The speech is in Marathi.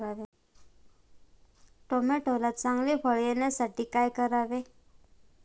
टोमॅटोला चांगले फळ येण्यासाठी काय करावे?